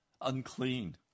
unclean